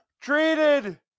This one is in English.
treated